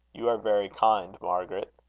you are very kind, margaret.